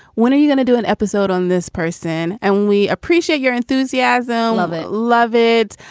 when are you gonna do an episode on this person? and we appreciate your enthusiasm. love it. love it.